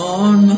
on